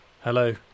Hello